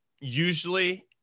Usually